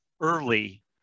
early